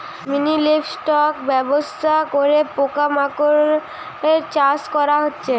mini livestock ব্যবস্থা করে পোকা মাকড়ের চাষ করা হচ্ছে